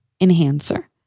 enhancer